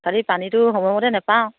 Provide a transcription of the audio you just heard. খালী পানীটো সময় মতে নাপাওঁ